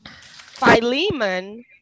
Philemon